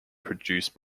produced